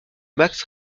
max